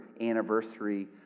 anniversary